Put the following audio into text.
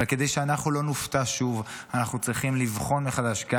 וכדי שאנחנו לא נופתע שוב אנחנו צריכים לבחון מחדש גם